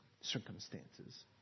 circumstances